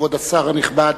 כבוד השר הנכבד,